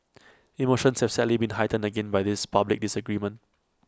emotions have sadly been heightened again by this public disagreement